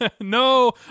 No